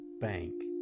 bank